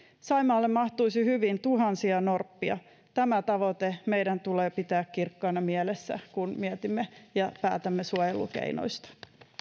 saimaalle mahtuisi hyvin tuhansia norppia tämä tavoite meidän tulee pitää kirkkaana mielessä kun mietimme ja päätämme suojelukeinoista